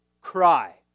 cry